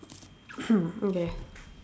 hmm okay